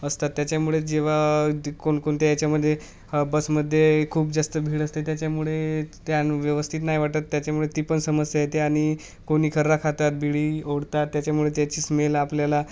असतात त्याच्यामुळे जेव्हा कोणकोणत्या याच्यामध्ये बसमध्ये खूप जास्त भीड असते त्याच्यामुळे त्यान व्यवस्थित ना वाटत त्याच्यामुळे ती पण समस्या येते आणि कोणी खररा खातात बिडी ओढतात त्याच्यामुळे त्याची स्मेल आपल्याला